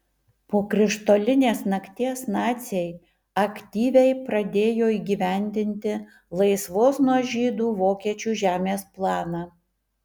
po krištolinės nakties naciai aktyviai pradėjo įgyvendinti laisvos nuo žydų vokiečių žemės planą